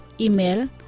Email